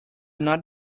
not